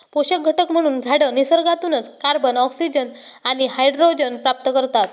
पोषक घटक म्हणून झाडं निसर्गातूनच कार्बन, ऑक्सिजन आणि हायड्रोजन प्राप्त करतात